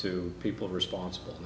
to people responsible